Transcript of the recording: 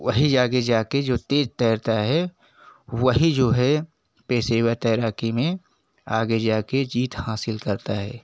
वही आगे जा कर जो तेज तैरता है वही जो है पेशेवर तैराकी में आगे जा कर जीत हासिल करता है